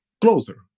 closer